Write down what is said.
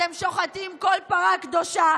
אתם שוחטים כל פרה קדושה,